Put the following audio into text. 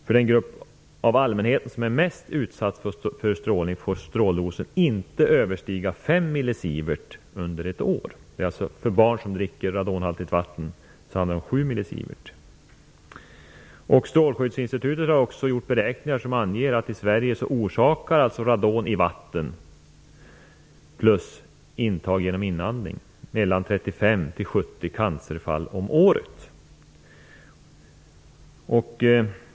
För den grupp av allmänhet som är mest utsatt för strålning får stråldosen inte överstiga 5 millisievert under ett år. För barn som dricker radonhaltigt vatten handlar det om 7 millisievert. Strålskyddsinstitutet har också gjort beräkningar som anger att radon i vatten i Sverige orsakar mellan 35 och 70 cancerfall om året.